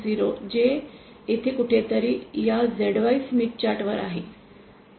0 जे येथे कुठेतरी या ZY स्मिथ चार्टवर आहे